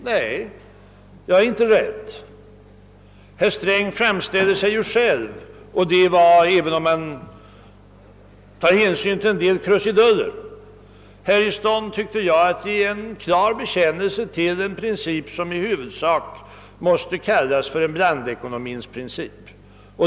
Nej, jag är inte rädd. Herr Sträng gjorde själv — även om det fanns en del krusiduller med — en klar bekännelse till vad som i huvudsak måste kallas en blandekonomiprincip.